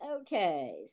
okay